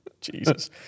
Jesus